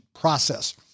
process